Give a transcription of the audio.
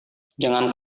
jangan